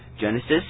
Genesis